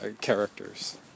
characters